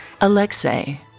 Alexei